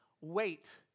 wait